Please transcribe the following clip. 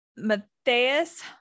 Matthias